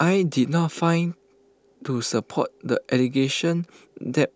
I did not find to support the allegation that